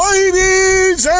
Ladies